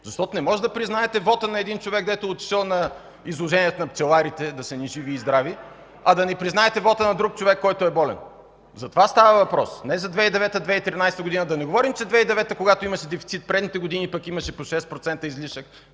защото не можете да признаете вота на един човек, който е отишъл на изложението на пчеларите – да са ни живи и здрави, а да не признаете вота на друг човек, който е болен. Затова става въпрос, а не за 2009 - 2013 г. Да не говорим, че 2009 г., когато имаше дефицит, предните години пък имаше по 6% излишък